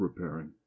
repairing